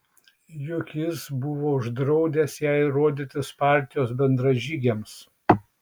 juk jis buvo uždraudęs jai rodytis partijos bendražygiams